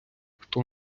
хто